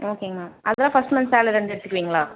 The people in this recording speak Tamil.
ஓகேங்க மேம் அதான் ஃபஸ்ட் மந்த் சேலரிலருந்து எடுத்துக்குவீங்களா